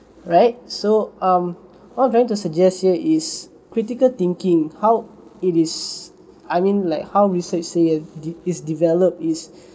right so um what I'm trying to suggest here is critical thinking how it is I mean like how research say it is develop is